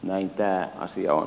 näin tämä asia on